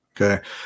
Okay